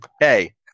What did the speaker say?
Hey